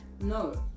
No